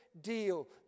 deal